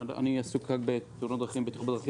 לבטיחות בדרכים